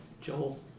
Joel